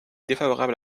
défavorable